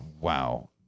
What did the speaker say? wow